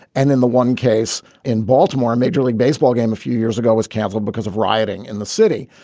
and in the one case in baltimore, a major league baseball game a few years ago was canceled because of rioting in the city.